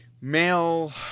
male